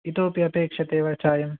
इतोपि अपेक्ष्यते वा चायं